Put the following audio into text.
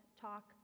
talk